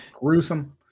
gruesome